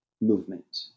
movement